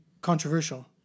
controversial